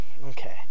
okay